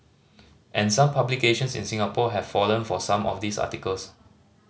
and some publications in Singapore have fallen for some of these articles